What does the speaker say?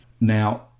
now